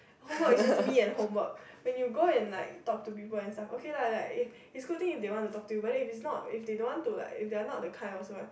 homework just me and homework when you go and like to talk to people that stuff okay lah excluding they want to talk you whether if is not if they don't want to like if they are not the kind also right